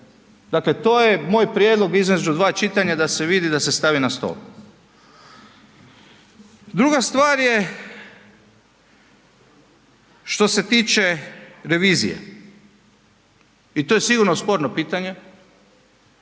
Dakle, to je moj prijedlog između 2 čitanja da se vidi da se stavi na stol. Druga stvar je što se tiče revizije i to je sigurno sporno pitanje